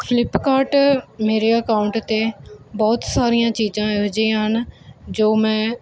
Flipkart ਮੇਰੇ account ਤੇ ਬਹੁਤ ਸਾਰੀਆਂ ਚੀਜ਼ਾਂ ਇਹੋ ਜਿਹੀਆਂ ਹਨ ਜੋ ਮੈਂ